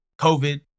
COVID